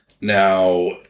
Now